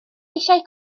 eisiau